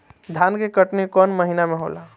धान के कटनी कौन महीना में होला?